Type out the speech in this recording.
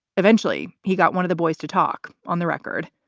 eventually, he got one of the boys to talk on the record,